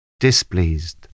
displeased